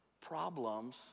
problems